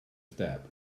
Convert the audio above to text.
step